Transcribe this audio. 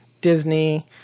Disney